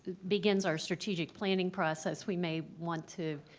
begins our strategic planning process, we may want to